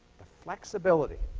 the flexibility.